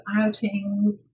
outings